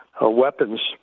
weapons